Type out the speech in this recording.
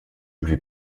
lui